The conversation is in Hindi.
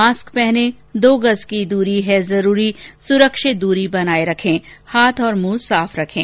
मास्क पहनें दो गज़ की दूरी है जरूरी सुरक्षित दूरी बनाए रखें हाथ और मुंह साफ रखें